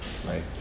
Right